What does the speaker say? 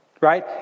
Right